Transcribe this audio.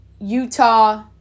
Utah